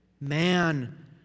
man